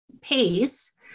pace